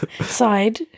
Side